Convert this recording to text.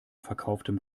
verkauftem